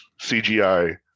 CGI